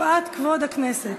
מפאת כבוד הכנסת.